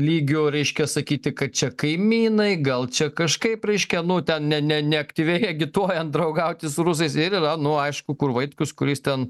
lygiu reiškia sakyti kad čia kaimynai gal čia kažkaip reiškia nu ten ne ne ne aktyviai agituojant draugauti su rusais ir yra nu aišku kur vaitkus kuris ten